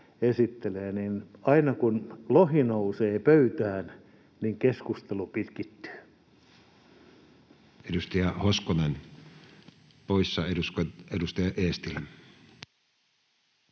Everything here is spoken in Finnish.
aina kun lohi nousee pöytään, keskustelu pitkittyy. Edustaja Hoskonen poissa. — Edustaja Eestilä.